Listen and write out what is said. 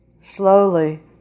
Slowly